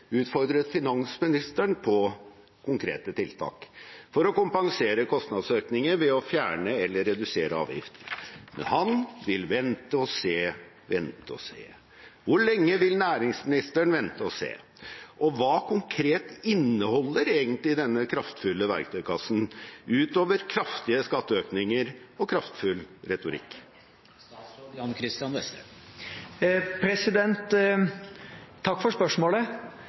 utfordret finansministeren på konkrete tiltak for å kompensere kostnadsøkninger ved å fjerne eller redusere avgifter. Han vil vente og se og vente og se. Hvor lenge vil næringsministeren vente og se? Og hva konkret inneholder egentlig denne kraftfulle verktøykassen, utover kraftige skatteøkninger og kraftfull retorikk?